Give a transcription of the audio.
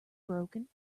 broken